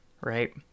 right